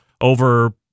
over